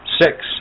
Six